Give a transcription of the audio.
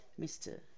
Mr